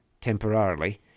temporarily